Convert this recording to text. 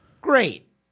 great